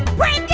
way